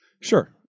Sure